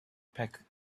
packed